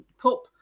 cup